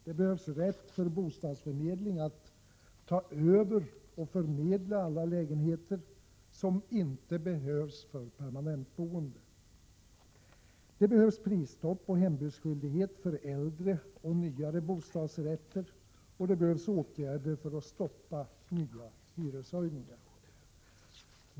Det behövs rätt för bostadsförmedlingen att ta över och förmedla alla lägenheter som inte behövs för permanent boende. Det behövs prisstopp och hembudsskyldighet för äldre och nyare bostadsrätter, och det behövs åtgärder för att stoppa nya hyreshöjningar.